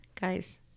guys